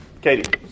Katie